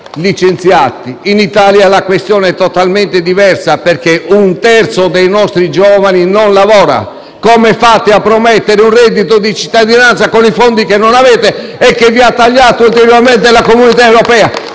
In Italia la questione è totalmente diversa perché un terzo dei nostri giovani non lavora. Come fate a promettere un reddito di cittadinanza con i fondi che non avete e che vi ha tagliato ulteriormente l'Unione europea?